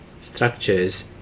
structures